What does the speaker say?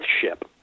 Ship